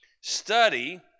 study